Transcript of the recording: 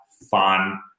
fun